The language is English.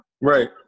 Right